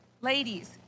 ladies